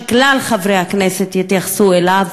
שכלל חברי הכנסת יתייחסו אליו,